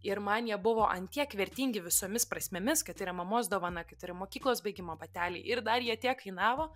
ir man jie buvo ant tiek vertingi visomis prasmėmis kad tai yra mamos dovana tai yra mokyklos baigimo bateliai ir dar jie tiek kainavo